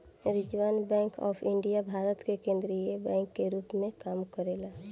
reserve Bank of India Bharat के केंद्रीय bank के रूप में काम करेला